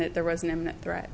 that there was an imminent threat